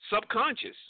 subconscious